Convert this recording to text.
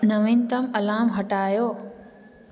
नवीनतम अलाम हटायो